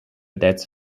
deaths